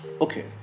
okay